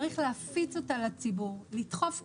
צריך להפיץ אותה לציבור, לדחוף קדימה.